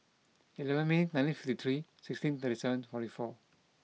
eleven May nineteen fifty three sixteen thirty seven forty four